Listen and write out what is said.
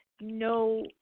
no